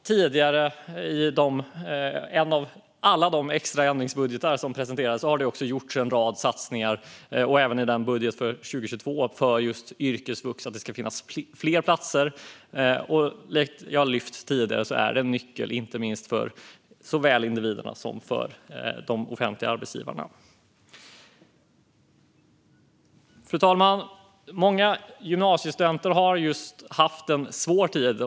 Tidigare, i alla de extra ändringsbudgetar som presenterats och även i budgeten för 2022, har det gjorts en rad satsningar på just yrkesvux för att det ska bli fler platser. Som jag lyft fram tidigare är det en nyckel såväl för individen som för de offentliga arbetsgivarna. Fru talman! Många gymnasieelever har haft en svår tid.